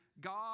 God